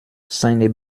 seine